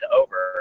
over